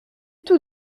tout